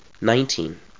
Nineteen